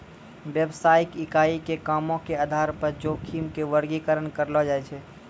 व्यवसायिक इकाई के कामो के आधार पे जोखिम के वर्गीकरण करलो जाय छै